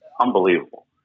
Unbelievable